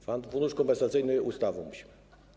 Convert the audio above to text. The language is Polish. Fundusz kompensacyjny ustawą musimy.